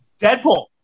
Deadpool